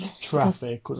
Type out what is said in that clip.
Traffic